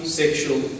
sexual